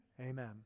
Amen